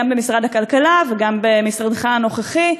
גם במשרד הכלכלה וגם במשרדך הנוכחי,